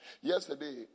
Yesterday